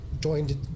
joined